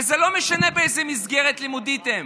וזה לא משנה באיזו מסגרת לימודית הם.